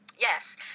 Yes